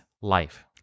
life